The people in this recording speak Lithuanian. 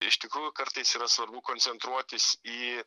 iš tikrųjų kartais yra svarbu koncentruotis į